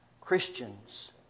Christians